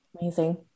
Amazing